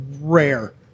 rare